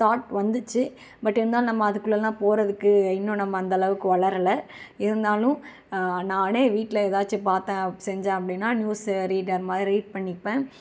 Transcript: thought வந்திச்சு but இருந்தாலும் நம்ம அதுக்குள்ளலாம் போகிறதுக்கு இன்னும் நம்ம அந்த அளவுக்கு வளரலை இருந்தாலும் நானே வீட்டில ஏதாச்சும் பார்த்தேன் செஞ்சேன் அப்படின்னா நியூஸ் ரீடர் மாதிரி ரீட் பண்ணிப்பேன்